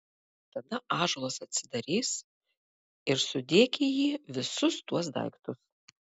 tada ąžuolas atsidarys ir sudėk į jį visus tuos daiktus